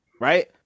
right